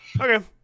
Okay